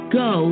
go